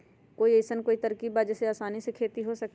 कोई अइसन कोई तरकीब बा जेसे आसानी से खेती हो सके?